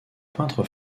peintres